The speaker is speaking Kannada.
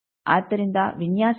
ಆದ್ದರಿಂದ ವಿನ್ಯಾಸ ಏನು